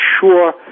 sure